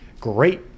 great